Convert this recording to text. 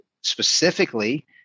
specifically